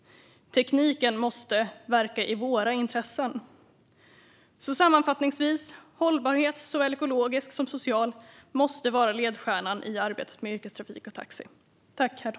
Tekniken måste verka för våra intressen. Sammanfattningsvis måste hållbarhet, såväl ekologisk som social, vara ledstjärnan i arbetet med yrkestrafik och taxi, herr talman.